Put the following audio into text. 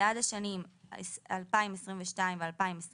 בעד השנים 2022 ו- 2023